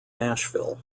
nashville